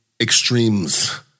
extremes